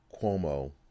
Cuomo